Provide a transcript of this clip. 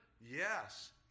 yes